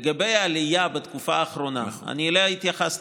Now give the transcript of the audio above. לגבי העלייה בתקופה האחרונה, שאליה אני התייחסתי,